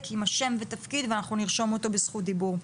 עם שם ותפקיד ואנחנו נרשום אותו בזכות דיבור.